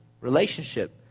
relationship